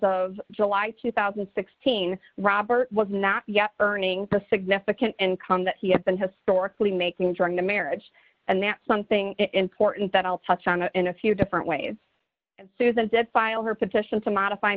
of july two thousand and sixteen robert was not yet earning the significant income that he had been historically making during the marriage and that's something important that i'll touch on in a few different ways susan said file her petition to modify